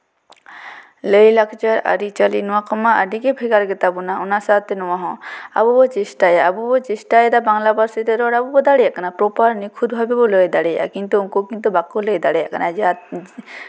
ᱞᱟᱹᱭᱼᱞᱟᱠᱪᱟᱨ ᱟᱹᱨᱤᱼᱪᱟᱹᱞᱤ ᱱᱚᱶᱟ ᱠᱚᱢᱟ ᱟᱹᱰᱤ ᱜᱮ ᱵᱷᱮᱜᱟᱨ ᱜᱮᱛᱟ ᱵᱚᱱᱟ ᱚᱱᱟ ᱥᱟᱶᱛᱮ ᱱᱚᱣᱟᱦᱚᱸ ᱟᱵᱚ ᱵᱚ ᱪᱮᱥᱴᱟᱭᱟ ᱟᱵᱚ ᱵᱚ ᱪᱮᱥᱴᱟᱭᱮᱫᱟ ᱵᱟᱝᱞᱟ ᱯᱟᱹᱨᱥᱤᱛᱮ ᱨᱚᱲ ᱟᱵᱚ ᱵᱚ ᱫᱟᱲᱮᱭᱟᱜ ᱠᱟᱱᱟ ᱯᱨᱚᱯᱟᱨ ᱱᱤᱠᱷᱩᱛ ᱵᱷᱟᱵᱮ ᱵᱚ ᱞᱟᱹᱭ ᱫᱟᱲᱮᱭᱟᱜᱼᱟ ᱠᱤᱱᱛᱩ ᱩᱱᱠᱩ ᱠᱤᱱᱛᱩ ᱵᱟᱠᱚ ᱞᱟᱹᱭ ᱫᱟᱲᱮᱭᱟᱜ ᱠᱟᱱᱟ ᱡᱮ